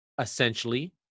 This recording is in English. essentially